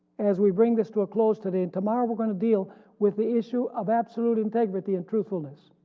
as we bring this to a close today. and tomorrow we're going to deal with the issue of absolute integrity and truthfulness.